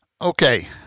Okay